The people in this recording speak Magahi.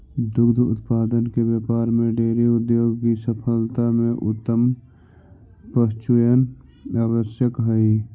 दुग्ध उत्पादन के व्यापार में डेयरी उद्योग की सफलता में उत्तम पशुचयन आवश्यक हई